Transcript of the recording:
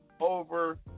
over